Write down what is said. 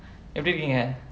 எப்டி இருக்கீங்க:epdi irukkeenga